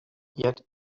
yet